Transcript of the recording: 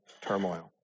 turmoil